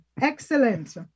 Excellent